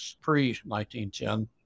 pre-1910